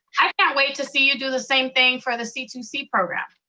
i can't wait to see you do the same thing for the c two c program.